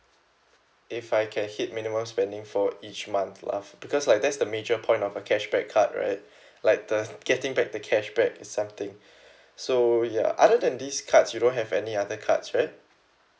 if I can hit minimum spending for each month lah because like that's the major point of a cashback card right like the getting back the cashback is something so ya other than these cards you don't have any other cards right